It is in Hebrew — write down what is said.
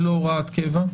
ולא הוראת קבע.